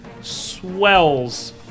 swells